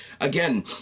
again